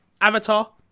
avatar